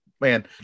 man